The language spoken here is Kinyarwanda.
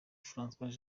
francois